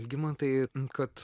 algimantai kad